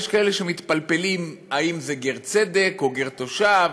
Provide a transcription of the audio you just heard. יש כאלה שמתפלפלים אם זה גר צדק או גר תושב,